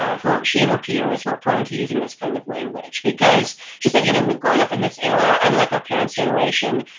ah she and her peers were prone to using this kind of language because she said, you know, we've grown up in this era, unlike our parents' generation,